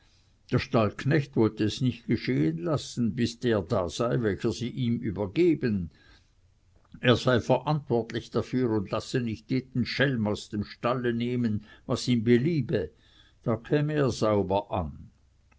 der stallknecht wollte es nicht geschehen lassen bis der da sei welcher sie ihm übergeben er sei verantwortlich dafür und lasse nicht jeden schelm aus dem stalle nehmen was ihm beliebe da käme er sauber an